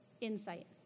insight